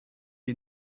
est